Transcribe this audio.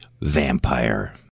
Vampire